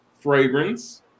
fragrance